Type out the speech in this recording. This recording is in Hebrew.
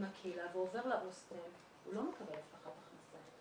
הקהילה ועובר להוסטל הוא לא מקבל הבטחת הכנסה.